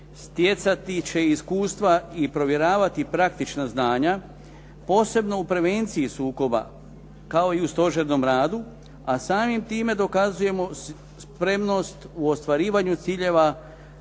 stjecati će iskustva i provjeravati praktična znanja, posebno u prevenciji sukoba kao i u stožernom radu, a samim time dokazujemo spremnost u ostvarivanju ciljeva